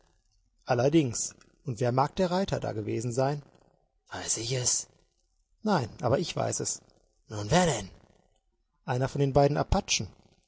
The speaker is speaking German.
allerdings und wer mag der reiter da gewesen sein weiß ich es nein aber ich weiß es nun wer denn einer von den beiden apachen